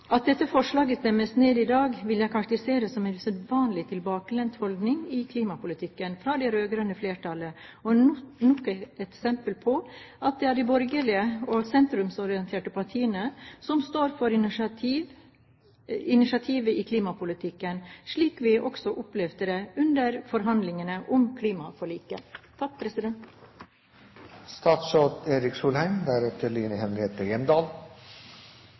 At dette forslaget stemmes ned i dag, vil jeg karakterisere som en usedvanlig tilbakelent holdning i klimapolitikken fra det rød-grønne flertallet, og nok et eksempel på at det er de borgerlige og de sentrumsorienterte partiene som står for initiativet i klimapolitikken, slik vi også opplevde det under forhandlingene om klimaforliket.